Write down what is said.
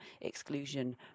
exclusion